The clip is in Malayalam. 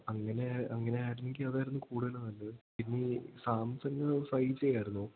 അങ്ങനെ അങ്ങനെ ആയിരുന്നെങ്കിൽ അതായിരുന്നു കൂടുതൽ നല്ലത് പിന്നെ ഈ സാംസങ് ഫൈ ജി ആയിരുന്നോ